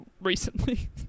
recently